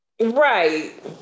Right